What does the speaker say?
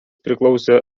priklausė